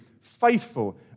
faithful